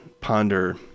ponder